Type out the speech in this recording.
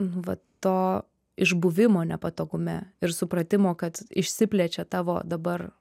nu vat to išbuvimo nepatogume ir supratimo kad išsiplečia tavo dabar